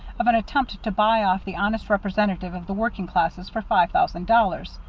of an attempt to buy off the honest representative of the working classes for five thousand dollars.